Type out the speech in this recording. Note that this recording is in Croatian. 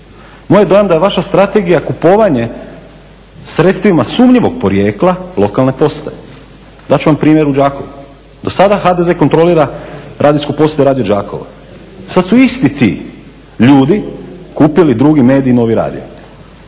Moj je dojam da je vaša strategija kupovanje sredstvima sumnjivog porijekla lokalne postaje. Dat ću vam primjer u Đakovu. Do sada HDZ kontrolira radijsku postaju radio Đakovo. Sad su isti ti ljudi kupili drugi medij i novi radio.